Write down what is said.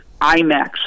IMAX